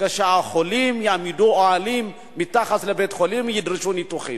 כאשר החולים יעמידו אוהלים מתחת לבית-חולים וידרשו ניתוחים.